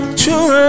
true